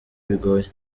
bigoye